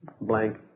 blank